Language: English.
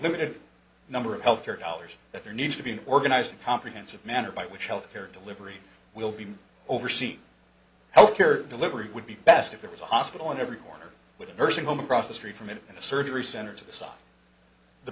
limited number of health care dollars that there needs to be an organized and comprehensive manner by which health care delivery will be overseen health care delivery would be best if it was a hospital on every corner with a nursing home across the street from the surgery center to the side the